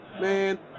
man